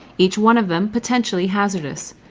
each one of them potentially hazardous.